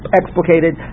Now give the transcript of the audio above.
explicated